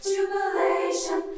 Jubilation